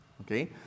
Okay